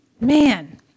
Man